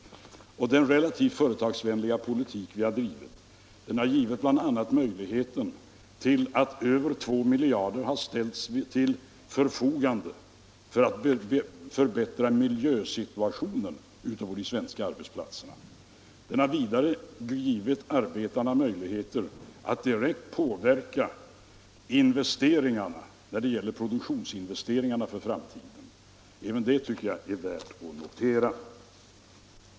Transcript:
Den relativt företagsvänliga politik vi har drivit har bl.a. givit möjligheten att ställa över 2 miljarder kronor till förfogande för att förbättra miljösituationen på de svenska arbetsplatserna. Den har vidare givit arbetarna möjligheter att direkt påverka produktionsinvesteringarna för framtiden. Även det tycker jag är värt att notera.